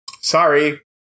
Sorry